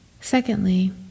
Secondly